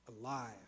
alive